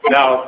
Now